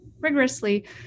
rigorously